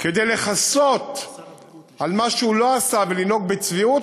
כדי לכסות על מה שהוא לא עשה ולנהוג בצביעות,